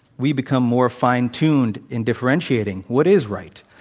we become more fine-tuned in differentiating what is right?